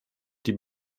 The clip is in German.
die